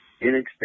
inexpensive